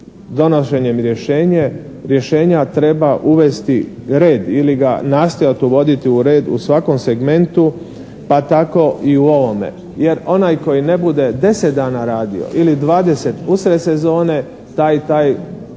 donošenjem rješenja treba uvesti red ili ga nastojati uvoditi u redu u svakom segmentu pa tako i u ovome. Jer onaj koji ne bude 10 dana radio ili 20 usred sezone taj